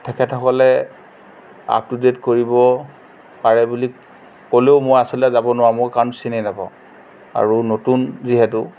তেখেতসকলে up to date কৰিব পাৰে বুলি ক'লেও মই আচলতে যাব নোৱাৰোঁ মোৰ কাৰণ চিনি নাপাওঁ আৰু নতুন যিহেতু